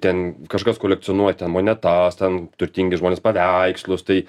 ten kažkas kolekcionuoja ten monetas ten turtingi žmonės paveikslus tai